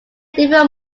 different